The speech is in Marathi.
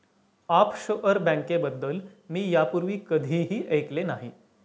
ऑफशोअर बँकेबद्दल मी यापूर्वी कधीही ऐकले नाही